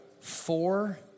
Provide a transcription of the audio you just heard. four